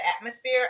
atmosphere